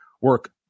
work